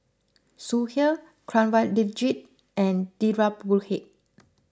Sudhir Kanwaljit and Dhirubhai